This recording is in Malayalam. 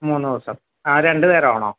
മൂന്നു ദിവസം ആ രണ്ട് നേരമാണോ